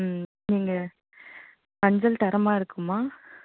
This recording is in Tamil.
ம் இங்கே மஞ்சள் தரமாக இருக்குமா